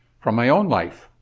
from my own life,